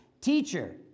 teacher